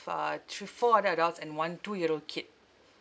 with uh three four other adults and one two year old kid